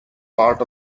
part